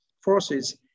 forces